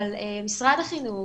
אבל משרד החינוך,